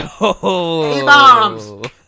A-bombs